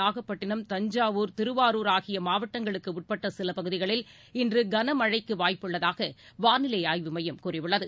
நாகப்பட்டினம் தஞ்சாவூர் திருவாரூர் ஆகிய மாவட்டங்களுக்கு உட்பட்ட சில பகுதிகளில் இன்று கனமழைக்கு வாய்ப்புள்ளதாக வானிலை ஆய்வு மையம் கூறியுள்ளது